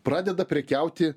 pradeda prekiauti